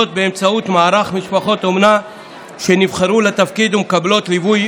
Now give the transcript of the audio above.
באמצעות מערך משפחות אומנה שנבחרו לתפקיד ומקבלות ליווי,